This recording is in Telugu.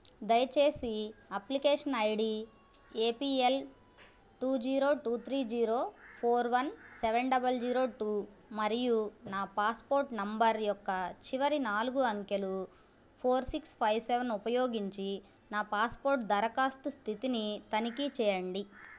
దయచేసి application I D A P L two zero two three zero four one seven double zero two మరియు నా పాస్పోర్ట్ నంబర్ యొక్క చివరి నాలుగు అంకెలు ఫోర్ సిక్స్ ఫైవ్ సెవన్ ఉపయోగించి నా పాస్పోర్ట్ దరఖాస్తు స్థితిని తనిఖీ చేయండి